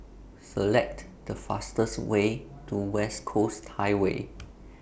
Select The fastest Way to West Coast Highway